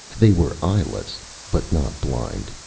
they were eyeless but not blind,